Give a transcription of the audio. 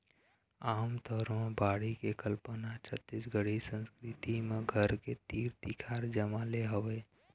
आमतौर म बाड़ी के कल्पना छत्तीसगढ़ी संस्कृति म घर के तीर तिखार जगा ले हवय